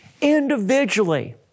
individually